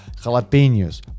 jalapenos